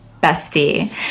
bestie